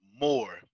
more